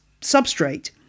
substrate